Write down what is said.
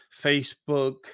Facebook